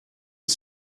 est